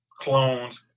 clones